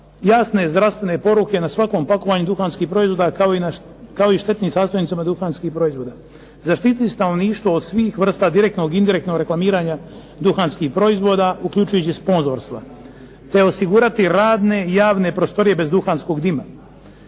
jasne zdravstvene poruke na svakom pakovanju duhanskih proizvoda, kao i štetnim sastojcima duhanskih proizvoda, zaštititi stanovništvo od svih vrsta direktnog i indirektnog reklamiranja duhanskih proizvoda, uključujući sponzorstva te osigurati radne i javne prostorije bez duhanskog dima.